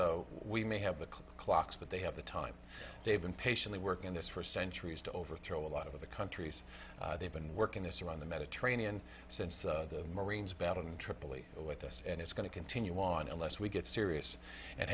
says we may have the clocks but they have the time they've been patiently working this for centuries to overthrow a lot of the countries they've been working this around the mediterranean since the marines battled in tripoli with us and it's going to continue on unless we get serious and